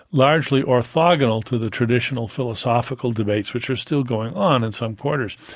largely orthogonal to the traditional philosophical debates which are still going on in some quarters.